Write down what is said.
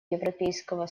европейского